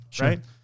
right